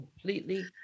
completely